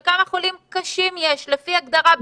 וכמה חולים קשים יש לפי הגדרה.